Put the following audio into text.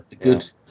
good